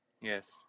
Yes